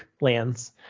lands